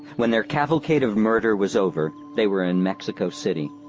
when their cavalcade of murder was over they were in mexico city,